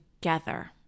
together